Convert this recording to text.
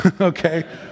Okay